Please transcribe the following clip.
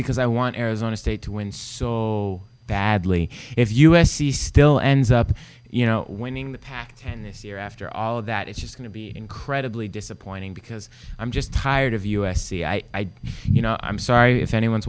because i want arizona state to win so badly if u s c still ends up you know winning the pac ten this year after all of that it's just going to be incredibly disappointing because i'm just tired of u s c i you know i'm sorry if anyone's